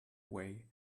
way